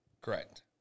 Correct